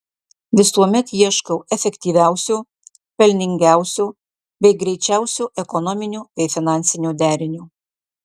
visuomet ieškau efektyviausio pelningiausio bei greičiausio ekonominio bei finansinio derinio